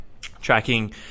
tracking